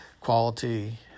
quality